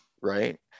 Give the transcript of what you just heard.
Right